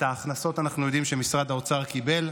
את ההכנסות אנחנו יודעים שמשרד האוצר קיבל,